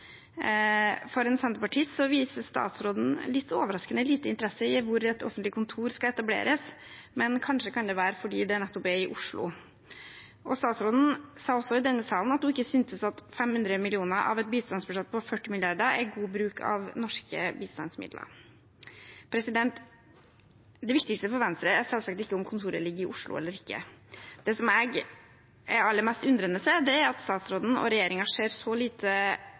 viser statsråden overraskende lite interesse for hvor et offentlig kontor skal etableres, men kanskje kan det være nettopp fordi det er i Oslo? Statsråden sa også i denne salen at hun ikke syntes at 50 mill. kr av et bistandsbudsjett på 40 mrd. kr er god bruk av norske bistandsmidler. Det viktigste for Venstre er selvsagt ikke om kontoret ligger i Oslo eller ikke. Det jeg stiller meg aller mest undrende til, er at statsråden og regjeringen ser så